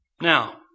Now